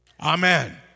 Amen